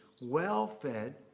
well-fed